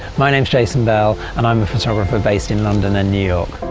my name is jason bell and i'm a photographer based in london and new york.